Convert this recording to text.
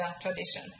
tradition